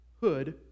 hood